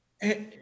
Hey